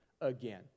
again